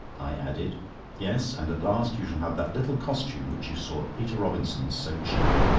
i added yes, and at last you shall have that little costume which you saw at peter robinson's so cheap.